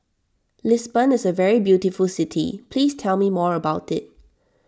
Lisbon is a very beautiful city please tell me more about it